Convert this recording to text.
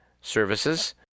services